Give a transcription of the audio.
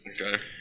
okay